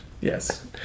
Yes